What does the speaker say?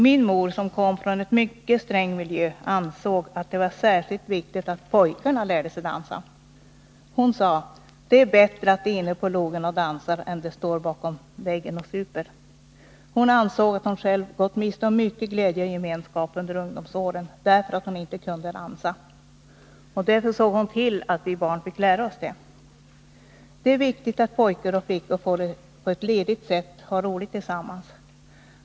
Min mor, som kom från en mycket sträng miljö, ansåg att det var särskilt viktigt att pojkarna lärde sig dansa. Hon sade: ”Det är bättre att de är inne på logen och dansar än står bakom väggen och super.” Hon ansåg att hon själv gått miste om mycken glädje och gemenskap under ungdomsåren därför att hon inte kunde dansa. Därför såg hon till att vi barn fick lära oss det. Det är viktigt att pojkar och flickor på ett ledigt sätt får ha roligt tillsammans.